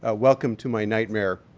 ah welcome to my nightmare.